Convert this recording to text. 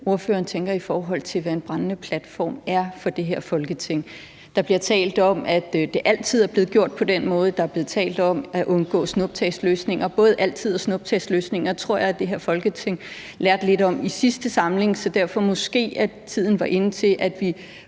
ordføreren tænker, i forhold til hvad en brændende platform er for det her Folketing. Der bliver talt om, at det altid er blevet gjort på den måde, og der er blevet talt om at undgå snuptagsløsninger. Både hvad der altid er blevet gjort og snuptagsløsninger tror jeg er noget, som det her Folketing lærte lidt om i sidste samling, så derfor er tiden måske inde til, at vi